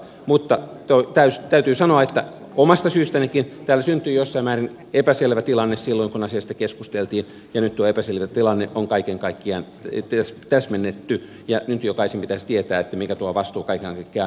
mutta täytyy sanoa että omasta syystänikin täällä syntyi jossain määrin epäselvä tilanne silloin kun asiasta keskusteltiin ja nyt tuo epäselvä tilanne on kaiken kaikkiaan täsmennetty ja nyt jokaisen pitäisi tietää mikä tuo vastuu kaiken kaikkiaan on